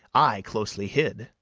i closely hid.